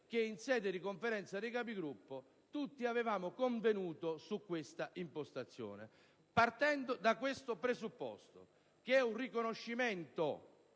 che in sede di Conferenza dei Capigruppo tutti avevamo convenuto su questa impostazione, partendo da questo presupposto, che è un riconoscimento,